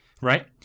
right